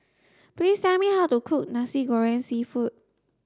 please tell me how to cook Nasi Goreng seafood